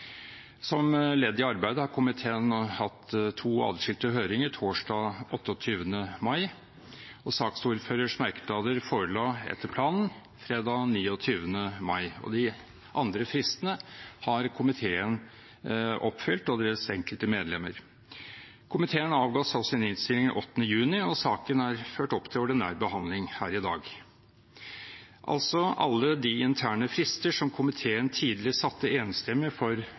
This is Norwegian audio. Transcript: Som ledd i arbeidet har komiteen hatt to atskilte høringer torsdag 28. mai. Saksordførerens merknader forelå etter planen fredag 29. mai. De andre fristene har komiteen oppfylt og dens enkelte medlemmer. Komiteen avga så sin innstilling 8. juni, og saken er ført opp til ordinær behandling her i dag. Altså: Alle de interne frister som komiteen tidlig satte enstemmig for